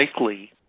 likely